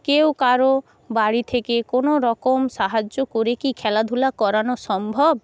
কেউ কারো বাড়ি থেকে কোনো রকম সাহায্য করে কী খেলাধুলা করানো সম্ভব